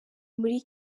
muri